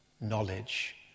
knowledge